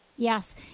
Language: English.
Yes